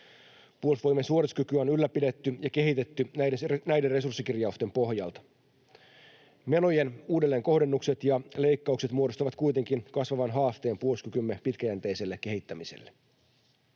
Puolustusvoimien suorituskykyä on ylläpidetty ja kehitetty näiden resurssikirjausten pohjalta. Menojen uudelleenkohdennukset ja leikkaukset muodostavat kuitenkin kasvavan haasteen puolustuskykymme pitkäjänteiselle kehittämiselle.